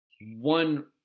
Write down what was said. one